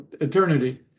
eternity